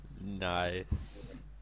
nice